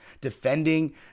defending